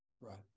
Right